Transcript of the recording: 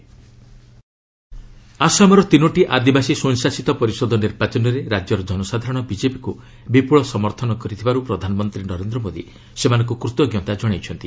PM Assam polls ଆସାମର ତିନୋଟି ଆଦିବାସୀ ସ୍ୱୟଂଶାସିତ ପରିଷଦ ନିର୍ବାଚନରେ ରାଜ୍ୟର ଜନସାଧାରଣ ବିଜେପିକୁ ବିପୁଳ ସମର୍ଥନ କରିଥିବାରୁ ପ୍ରଧାନମନ୍ତ୍ରୀ ନରେନ୍ଦ୍ର ମୋଦି ସେମାନଙ୍କୁ କୃତଜ୍ଞତା ଜଣାଇଛନ୍ତି